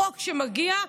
החוק שמגיע,